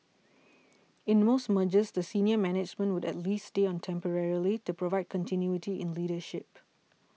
in most mergers the senior management would at least stay on temporarily to provide continuity in leadership